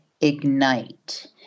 ignite